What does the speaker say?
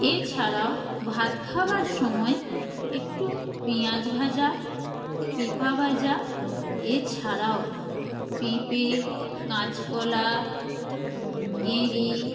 এছাড়াও ভাত খাবার সময় একটু পেঁয়াজ ভাজা পিফা ভাজা এছাড়াও পেঁপে কাঁচকলা গেঁড়ি